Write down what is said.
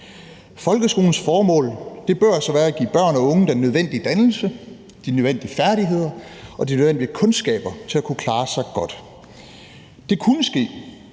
Folkeskolens formål bør altså være at give børn og unge den nødvendige dannelse, de nødvendige færdigheder og de nødvendige kundskaber til at kunne klare sig godt. Det kunne ske,